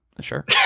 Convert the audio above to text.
sure